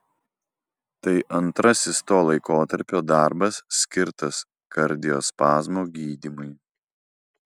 tai antrasis to laikotarpio darbas skirtas kardiospazmo gydymui